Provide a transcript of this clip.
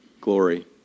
glory